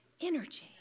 energy